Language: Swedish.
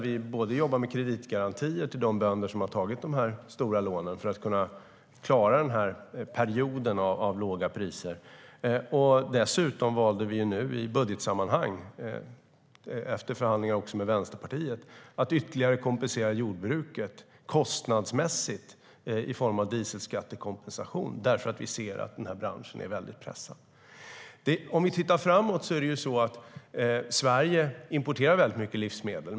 Vi jobbar med kreditgarantier till de bönder som har tagit stora lån för att klara den här perioden av låga priser. Dessutom valde vi nu i budgeten, efter förhandlingar också med Vänsterpartiet, att ytterligare kompensera jordbruket kostnadsmässigt i form av dieselskattekompensation, därför att vi ser att den här branschen är väldigt pressad. Framåt kommer Sverige att importera väldigt mycket livsmedel.